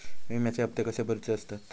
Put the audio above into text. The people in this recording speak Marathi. विम्याचे हप्ते कसे भरुचे असतत?